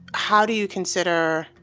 how do you consider,